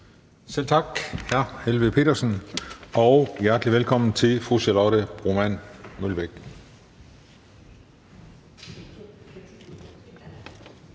Selv tak, hr. Rasmus Helveg Petersen, og hjertelig velkommen til fru Charlotte Broman Mølbæk